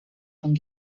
von